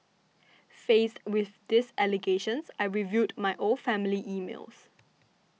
faced with these allegations I reviewed my old family emails